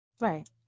Right